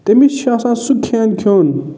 تٔمِس چھِ آسان سُہ کھیٚن کھیٚون